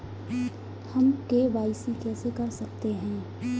हम के.वाई.सी कैसे कर सकते हैं?